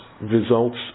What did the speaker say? results